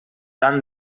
tant